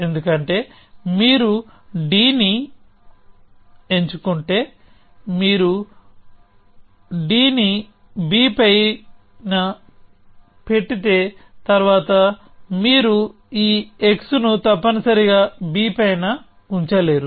ఎందుకంటే మీరు d ని b పైన పెట్టితే తర్వాత మీరు ఈ x ను తప్పనిసరిగా b పైన ఉంచలేరు